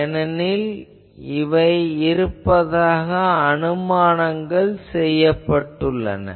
ஏனென்றால் இவை இருப்பதாக அனுமானங்கள் செய்யப்பட்டுள்ளன